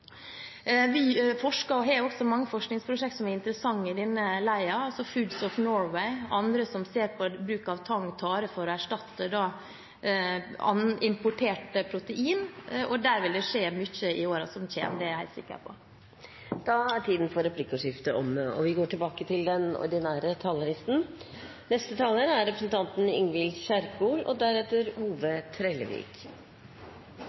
av kraftfôr. Vi har også mange forskningsprosjekt som er interessante i denne leia, bl.a. Foods of Norway, og andre, som ser på bruk av tang og tare for å erstatte importert protein. Der vil det skje mye i årene som kommer, det er jeg helt sikker på. Replikkordskiftet er dermed omme. Den viktigste samfunnsoppgaven til norsk landbruk er å sikre nok, trygg og variert mat av god kvalitet. Men landbruket bidrar også til bosetting og